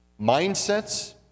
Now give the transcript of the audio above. mindsets